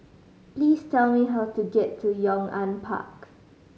please tell me how to get to Yong An Park